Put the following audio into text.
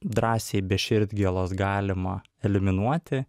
drąsiai be širdgėlos galima eliminuoti